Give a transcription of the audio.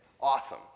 Awesome